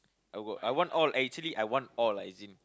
I will I want all actually I want all lah is it